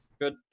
Good